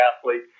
athlete